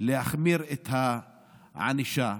להחמיר את הענישה.